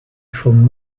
from